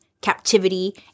captivity